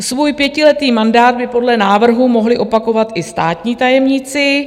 Svůj pětiletý mandát by podle návrhu mohli opakovat i státní tajemníci.